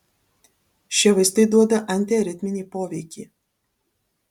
šie vaistai duoda antiaritminį poveikį